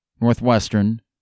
Northwestern